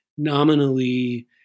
nominally